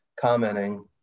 commenting